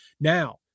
Now